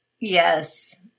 Yes